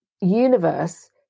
universe